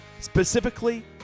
specifically